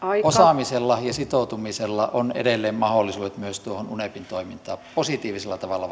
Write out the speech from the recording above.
osaamisella ja sitoutumisella on edelleen mahdollisuudet myös tuohon unepin toimintaan positiivisella tavalla